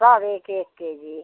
सब एक एक के जी